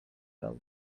well